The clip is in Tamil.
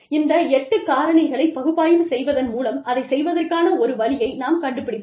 இந்த 8 காரணிகளை பகுப்பாய்வு செய்வதன் மூலம் அதைச் செய்வதற்கான ஒரு வழியை நாம் கண்டு பிடிப்போம்